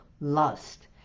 lust